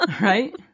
Right